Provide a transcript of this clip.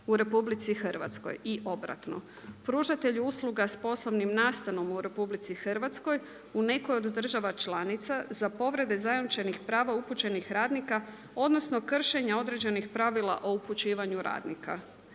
u RH i obratno. Pružatelju usluga s poslovnom nastanom u RH u nekoj od država članica, za povrede zajamčenih prava upućenih radnika, odnosno kršenje određenih pravila o upućivanju radnika.